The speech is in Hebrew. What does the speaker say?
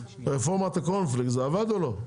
רפורמת הקורנפלקס זה עבד או לא?